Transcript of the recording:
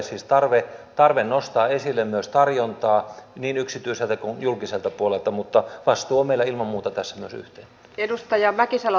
siis on tarve nostaa esille myös tarjontaa niin yksityiseltä kuin julkiselta puolelta mutta vastuu on meillä ilman muuta tässä myös yhteinen